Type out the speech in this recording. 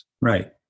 Right